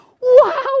wow